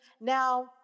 now